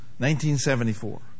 1974